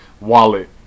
Wallet